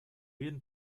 jeden